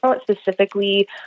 specifically